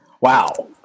Wow